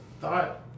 thought